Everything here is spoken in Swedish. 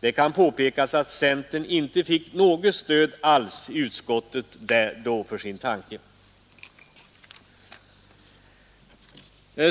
Det kan påpekas att centern inte fick något stöd alls i utskottet för sin tanke.